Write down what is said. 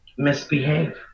misbehave